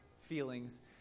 feelings